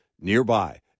nearby